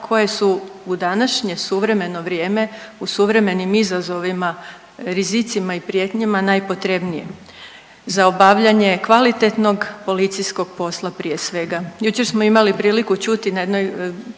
koje su u današnje suvremeno vrijeme u suvremenim izazovima, rizicima i prijetnjama najpotrebnije za obavljanje kvalitetnog policijskog posla prije svega. Jučer smo imali priliku čuti na jednoj